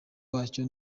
wacyo